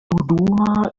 dodoma